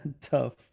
tough